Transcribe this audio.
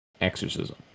exorcism